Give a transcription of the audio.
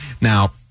now